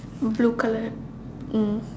blue colour mm